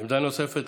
עמדה נוספת,